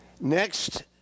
Next